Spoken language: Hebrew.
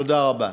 תודה רבה.